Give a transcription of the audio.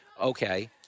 okay